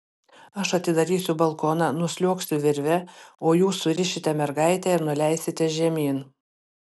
aš atidarysiu balkoną nusliuogsiu virve o jūs surišite mergaitę ir nuleisite žemyn